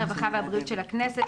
הרווחה והבריאות של הכנסת,